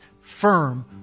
firm